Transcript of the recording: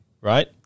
right